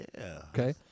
Okay